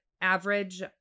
average